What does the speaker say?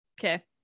Okay